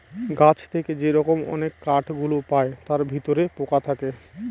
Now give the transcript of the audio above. গাছ থেকে যে রকম অনেক কাঠ গুলো পায় তার ভিতরে পোকা থাকে